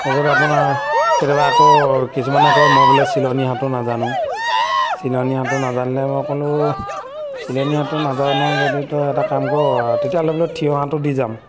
তাৰপিছত আপোনাৰ কেতিয়াবা আকৌ কিছুমানে কয় মই বোলে চিলনী সাঁতোৰ নাজানো চিলনী সাঁতোৰ নাজানিলে মই ক'লো চিলনী সাঁতোৰ নাজান যদি তই এটা কাম কৰ তেতিয়াহ'লে বোলে থিয় সাঁতোৰ দি যাম